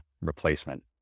replacement